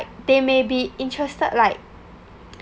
they may be interested like